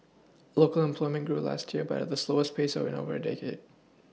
local employment grew last year but at the slowest pace in over a decade